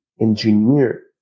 engineer